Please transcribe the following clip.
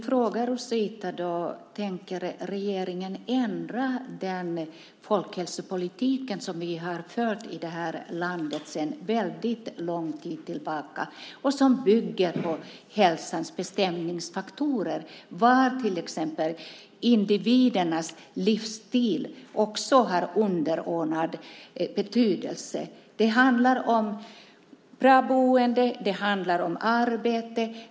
Fru talman! Tänker regeringen ändra den folkhälsopolitik som vi har fört i det här landet sedan lång tid tillbaka och som bygger på hälsans bestämningsfaktorer, där till exempel individernas livsstil har underordnad betydelse? Det handlar om bra boende. Det handlar om arbete.